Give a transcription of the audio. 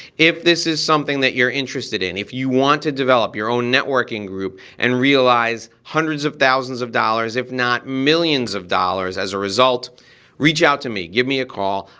if this is something that you're interested in, if you want to develop your own networking group and realize hundreds of thousands of dollars, if not millions of dollars as a result reach out to me, give me a call.